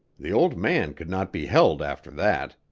the old man could not be held after that.